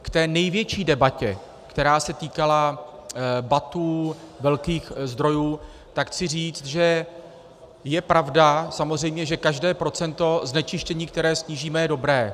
K té největší debatě, která se týkala BATů velkých zdrojů, tak chci říct, že je pravda samozřejmě, že každé procento znečištění, které snížíme, je dobré.